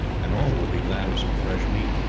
and all would be glad of some fresh meat.